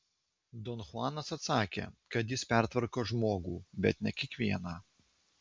don chuanas atsakė kad jis pertvarko žmogų bet ne kiekvieną